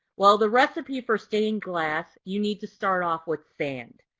while the recipe for stained glass, you need to start off with sand.